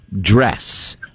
dress